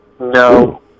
No